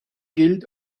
gilt